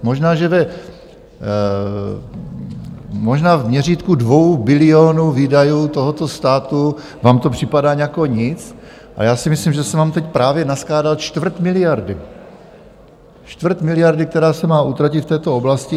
Možná, že možná v měřítku dvou bilionu výdajů tohoto státu vám to připadá jako nic, a já si myslím, že jsem vám teď právě naskládal čtvrt miliardy, čtvrt miliardy, která se má utratit v této oblasti.